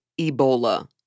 Ebola